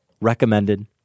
recommended